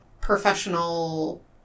professional